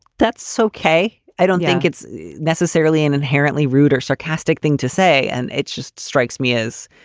that's so okay. i don't think it's necessarily an inherently rude or sarcastic thing to say, and it just strikes me as.